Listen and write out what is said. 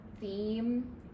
theme